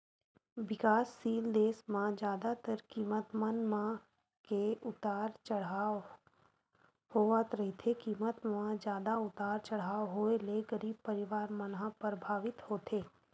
बिकाससील देस म जादातर कीमत मन म के उतार चड़हाव होवत रहिथे कीमत म जादा उतार चड़हाव होय ले गरीब परवार मन ह परभावित होथे